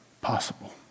possible